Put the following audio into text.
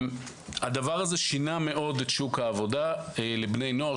הדבר הזה שינה מאוד את שוק העבודה לבני הנוער.